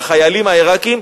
והחיילים העירקים,